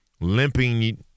limping –